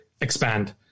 expand